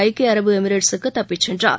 ஐக்கிய அரபு எமிரேட்ஸ் க்கு தப்பிச்சென்றார்